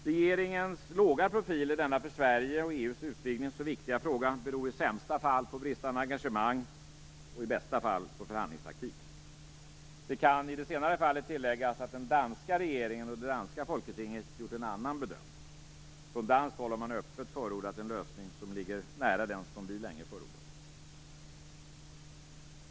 Regeringens låga profil i denna för Sverige och EU:s utvidgning så viktiga fråga beror i sämsta fall på bristande engagemang och i bästa fall på förhandlingstaktik. Det kan i det senare fallet tilläggas att den danska regeringen och det danska folketinget gjort en annan bedömning. Från danskt håll har man öppet förordat en lösning som ligger nära den som vi länge förordat.